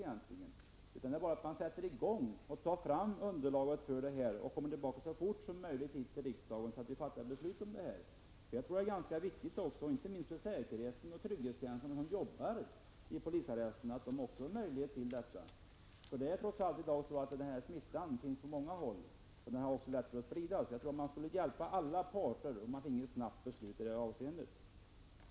Det är bara för regeringen att sätta i gång, ta fram underlaget och återkomma så snart som möjligt till riksdagen så att vi kan fatta beslut i ärendet. Jag tror att det är viktigt, inte minst när det gäller säkerheten och trygghetskänslan för dem som arbetar i polisarresterna, att de också får samma möjligheter. Den här smittan finns trots allt på många håll, och den har lärt oss att sprida oss. Jag tror att det skulle gynna alla parter om vi fick ett snabbt beslut i det här avseendet.